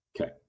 Okay